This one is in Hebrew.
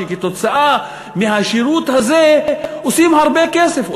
כתוצאה מהשירות הזה עושים הרבה כסף,